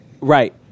right